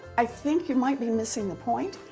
i think you might be missing the point.